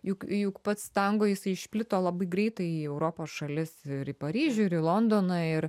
juk juk pats tango jisai išplito labai greitai į europos šalis ir į paryžių ir į londoną ir